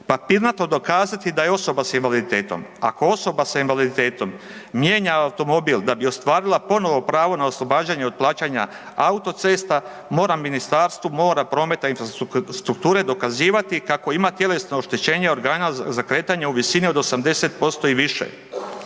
papirnato dokazati da je osoba s invaliditetom, ako osoba s invaliditetom mijenja automobil da bi ostvarila ponovo pravo na oslobađanje od plaćanja autocesta mora Ministarstvu mora, prometa i infrastrukture dokazivati kako ima tjelesno oštećenje organa u visini od 80% i više.